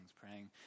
praying